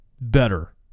better